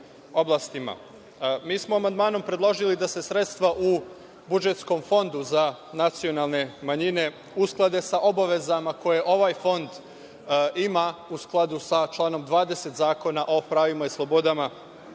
smo amandmanom predložili da se sredstva u budžetskom fondu za nacionalne manjine usklade sa obavezama koje ovaj fond ima u skladu sa članom 20. Zakona o pravima i slobodama